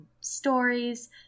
stories